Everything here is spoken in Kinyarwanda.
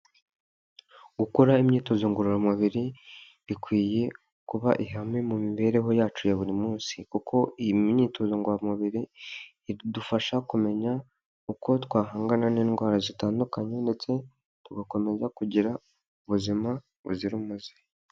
Gukora imyitozo ngororamubiri bikwiye kuba ihame mu mibereho yacu ya buri munsi kuko iyi myitozo ngoramubiri idufasha kumenya uko twahangana n'indwara zitandukanye ndetse tugakomeza kugira ubuzima buzira umuze.